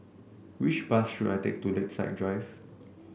which bus should I take to Lakeside Drive